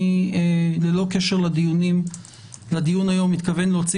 אני ללא קשר לדיון היום מתכוון להוציא